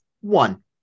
one